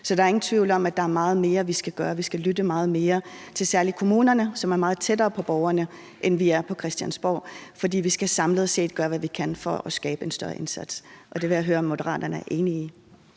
Så der er ingen tvivl om, at der er meget mere, vi skal gøre. Vi skal lytte meget mere til særlig kommunerne, som er meget tættere på borgerne, end vi er på Christiansborg. For vi skal samlet set gøre, hvad vi kan for at skabe en større indsats, og det vil jeg høre om Moderaterne er enige i.